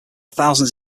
thousands